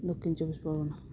ᱫᱚᱠᱠᱷᱤᱱ ᱪᱚᱵᱵᱤᱥ ᱯᱚᱨᱜᱚᱱᱟ